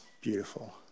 beautiful